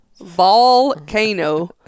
Volcano